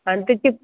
आणि त्याची